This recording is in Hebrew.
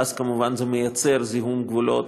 ואז כמובן זה מייצר זיהום גבולות,